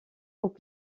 aux